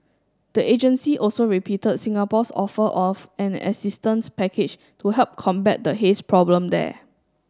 the agency also repeated Singapore's offer of an assistance package to help combat the haze problem there